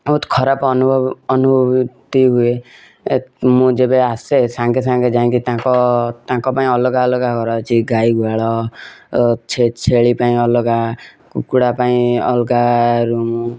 ବହୁତ ଖରାପ ଅନୁଭବ ଅନୁଭୁତି ହୁଏ ଏ ମୁଁ ଯେବେ ଆସେ ସାଙ୍ଗେ ସାଙ୍ଗେ ଯାଇକି ତାଙ୍କ ତାଙ୍କ ପାଇଁ ଅଲଗା ଅଲଗା ଘର ଅଛି ଗାଈ ଗୁହାଳ ଛେଳି ପାଇଁ ଅଲଗା କୁକୁଡ଼ା ପାଇଁ ଅଲଗା ରୁମ୍